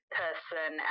person